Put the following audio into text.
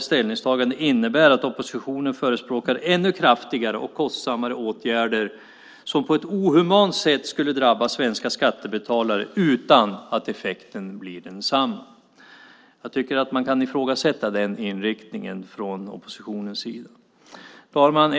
Ställningstagandet innebär att oppositionen förespråkar ännu kraftigare och kostsammare åtgärder som på ett inhumant sätt skulle drabba svenska skattebetalare utan att effekten skulle bli densamma. Jag tycker att man kan ifrågasätta den inriktningen från oppositionens sida. Herr talman!